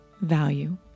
value